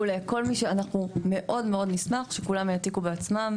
אנחנו מאוד נשמח שכולם יעתיקו בעצמם,